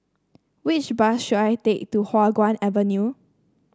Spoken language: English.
which bus should I take to Hua Guan Avenue